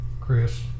Chris